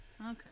Okay